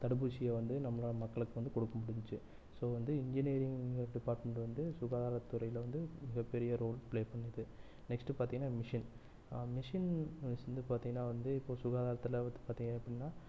தடுப்பூசியை வந்து நம்மளால் மக்களுக்கு வந்து கொடுக்க முடிஞ்சிச்சு ஸோ வந்து இன்ஜினியரிங்கறது பார்க்கும்போது வந்து சுகாதாரத்துறையில் வந்து மிகப்பெரிய ரோல் ப்ளே பண்ணுது நெக்ஸ்ட்டு பார்த்திங்கனா மிஷின் மிஷின் வந்து பார்த்திங்னா வந்து இப்போ சுகாதாரத்தில் அப்புடினா